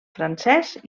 francès